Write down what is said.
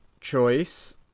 choice